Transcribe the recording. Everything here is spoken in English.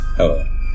Hello